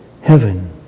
Heaven